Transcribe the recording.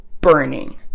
burning